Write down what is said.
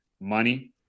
money